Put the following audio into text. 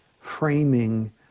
framing